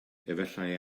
efallai